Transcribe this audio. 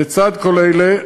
לצד כל אלה,